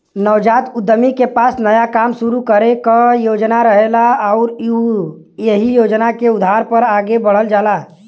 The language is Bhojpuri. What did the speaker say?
नवजात उद्यमी के पास नया काम शुरू करे क योजना रहेला आउर उ एहि योजना के आधार पर आगे बढ़ल जाला